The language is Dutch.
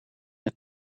het